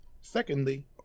Secondly